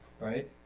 right